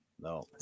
no